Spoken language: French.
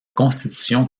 constitution